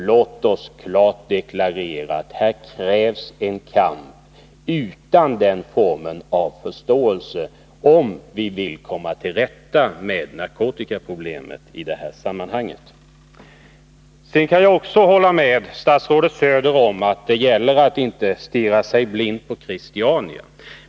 Låt oss klart deklarera att det här krävs en kamp utan den formen av förståelse, om vi vill komma till rätta med narkotikaproblemet i det här sammanhanget. Jag kan också hålla med statsrådet om att man inte skall stirra sig blind på Christiania.